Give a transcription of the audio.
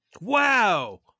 Wow